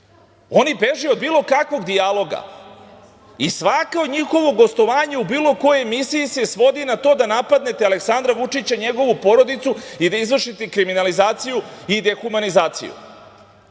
Oni beže od bilo kakvog dijaloga i svako njihovo gostovanje u bilo kojoj emisiji se svodi na to da napadnete Aleksandra Vučića i njegovu porodicu i da izvršite kriminalizaciju i dehumanizaciju.